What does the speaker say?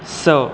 स